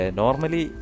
normally